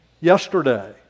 yesterday